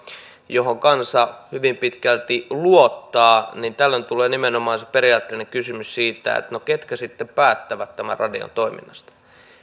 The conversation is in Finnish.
johon kansa hyvin pitkälti luottaa niin tällöin tulee nimenomaan se periaatteellinen kysymys siitä että ketkä sitten päättävät tämän radion toiminnasta